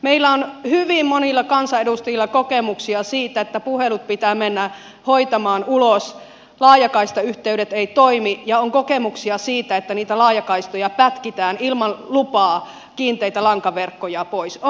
meillä hyvin monilla kansanedustajilla on kokemuksia siitä että puhelut pitää mennä hoitamaan ulos laajakaistayhteydet eivät toimi ja siitä että niitä laajakaistoja pätkitään ilman lupaa kiinteitä lankaverkkoja poistetaan